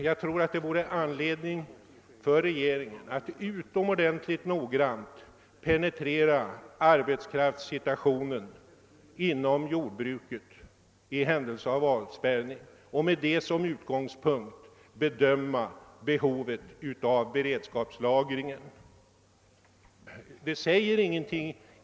Jag tror det vore anledning för regeringen att utomordentligt noga penetrera arbetskraftssituationen inom jordbruket i händelse av avspärrning och med utgångspunkt därifrån bedöma behovet av beredskapslagring.